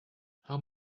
how